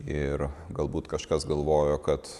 ir galbūt kažkas galvojo kad